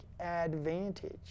advantage